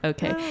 Okay